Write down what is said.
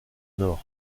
nord